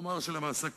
ולומר שלמעשה,